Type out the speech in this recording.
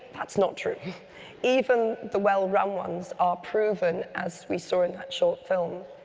that's not true even the well-run ones are proven, as we saw in that short film,